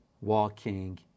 walking